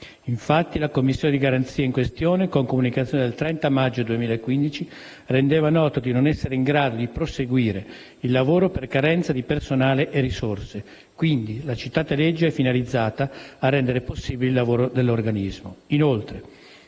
Infatti, la Commissione di garanzia in questione, con comunicazione del 30 giugno 2015, rendeva noto di non essere in grado di proseguire il lavoro per carenza di personale e risorse. Quindi, la citata legge è finalizzata a rendere possibile il lavoro dell'organismo.